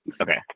Okay